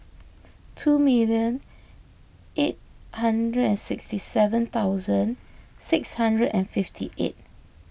two million eight hundred and sixty seven thousand six hundred and fifty eight